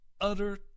utter